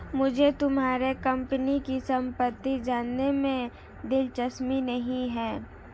मुझे तुम्हारे कंपनी की सम्पत्ति जानने में दिलचस्पी नहीं है